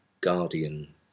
Guardian